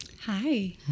Hi